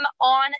on